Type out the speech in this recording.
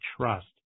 trust